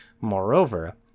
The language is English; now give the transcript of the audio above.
Moreover